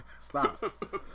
Stop